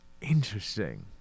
interesting